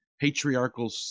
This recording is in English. patriarchal